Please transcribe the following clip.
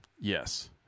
Yes